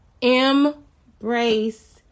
embrace